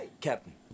Captain